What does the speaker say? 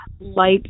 light